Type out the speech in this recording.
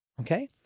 okay